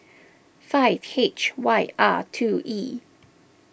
five H Y R two E